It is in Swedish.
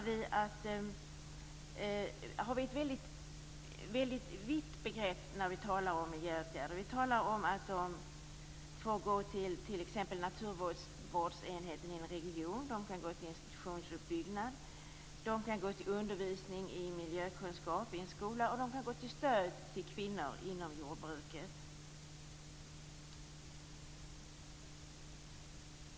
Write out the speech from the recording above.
Vi har ett mycket vitt begrepp när vi talar om miljöåtgärder. Vi talar om att de får gå till t.ex. naturvårdsenheten i en region, de kan gå till institutionsuppbyggnad, undervisning i miljökunskap i en skola och stöd till kvinnor inom jordbruket.